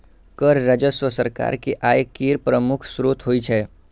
कर राजस्व सरकार के आय केर प्रमुख स्रोत होइ छै